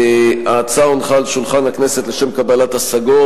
ההצעה הונחה על שולחן הכנסת לשם קבלת השגות.